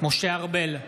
משה ארבל,